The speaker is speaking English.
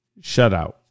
shutout